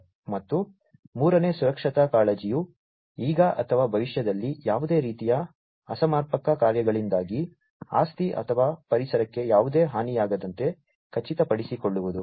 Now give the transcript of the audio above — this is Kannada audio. ಮತ್ತು ಮೂರನೇ ಸುರಕ್ಷತಾ ಕಾಳಜಿಯು ಈಗ ಅಥವಾ ಭವಿಷ್ಯದಲ್ಲಿ ಯಾವುದೇ ರೀತಿಯ ಅಸಮರ್ಪಕ ಕಾರ್ಯಗಳಿಂದಾಗಿ ಆಸ್ತಿ ಅಥವಾ ಪರಿಸರಕ್ಕೆ ಯಾವುದೇ ಹಾನಿಯಾಗದಂತೆ ಖಚಿತಪಡಿಸಿಕೊಳ್ಳುವುದು